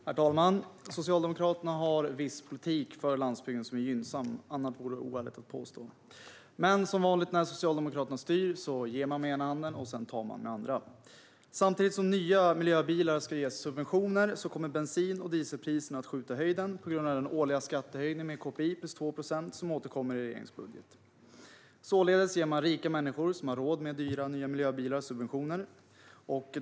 Herr talman! Socialdemokraterna har viss politik för landsbygden som är gynnsam, annat vore ovärdigt att påstå. Men som vanligt när Socialdemokraterna styr ger man med ena handen och tar med andra. Samtidigt som nya miljöbilar ska ges subventioner kommer bensin och dieselpriserna att skjuta i höjden på grund av den årliga skattehöjningen med KPI plus 2 procent som återkommer i regeringens budget. Således ger man rika människor, som har råd med dyra nya miljöbilar, subventioner.